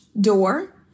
door